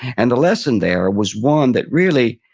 and the lesson there was one that really,